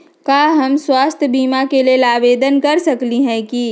का हम स्वास्थ्य बीमा के लेल आवेदन कर सकली ह की न?